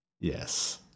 Yes